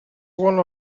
one